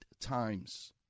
times